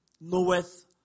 knoweth